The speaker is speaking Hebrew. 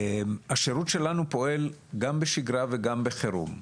השירות שלנו פועל גם בשגרה וגם בחירום,